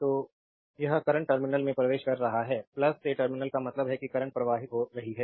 तो यह current terminal में प्रवेश कर रहा है से टर्मिनल का मतलब है कि करंट प्रवाहित हो रही है